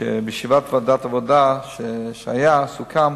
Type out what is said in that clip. שבישיבת ועדת העבודה שהיתה סוכם: